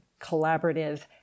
collaborative